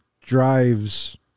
drives